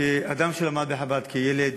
כאדם שלמד בחב"ד כילד